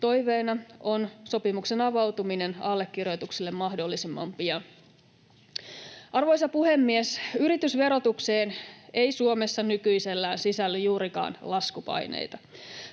Toiveena on sopimuksen avautuminen allekirjoituksille mahdollisimman pian. Arvoisa puhemies! Yritysverotukseen ei Suomessa nykyisellään sisälly juurikaan laskupaineita.